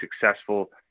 successful